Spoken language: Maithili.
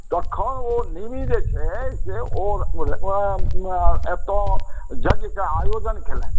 तखन ओ निमि जे छै जे ओ एतय यज्ञके से आयोजन कयलनि